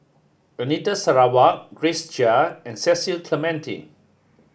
Anita Sarawak Grace Chia and Cecil Clementi